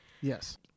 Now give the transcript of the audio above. Yes